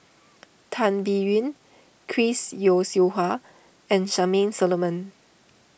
Tan Biyun Chris Yeo Siew Hua and Charmaine Solomon